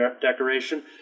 decoration